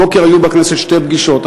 הבוקר היו בכנסת שתי פגישות.